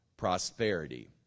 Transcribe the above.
prosperity